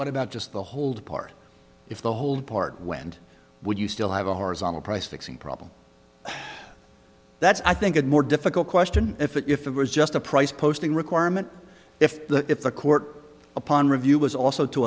what about just the hold part if the hold part wind would you still have a horizontal price fixing problem that's i think it more difficult question if if it was just a price posting requirement if the if the court upon review was also to